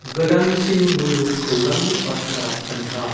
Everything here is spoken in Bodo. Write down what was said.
गोदानसिन मुलुग खौरांनि बाथ्रा खोन्था